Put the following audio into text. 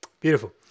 Beautiful